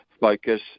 focus